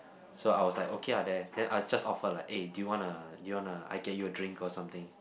so I was like okay ah there then I just offer like do you want a do you want a I get you a drink or something